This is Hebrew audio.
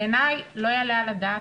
בעיני לא יעלה על הדעת.